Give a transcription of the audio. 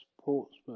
Portsmouth